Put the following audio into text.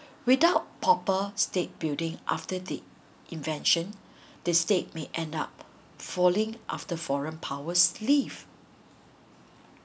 without proper state building after the invention the state may end up falling after foreign powers leave